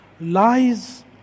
lies